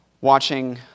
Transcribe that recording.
Watching